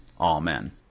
Amen